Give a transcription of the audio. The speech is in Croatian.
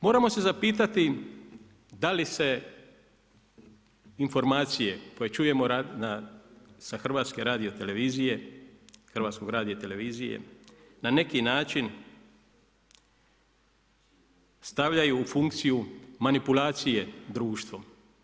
Moramo se zapitati, da li se informacije koje čujemo sa Hrvatske radiotelevizije, Hrvatskog radija i televizije na neki način stavljaju u funkciju manipulacije društvom.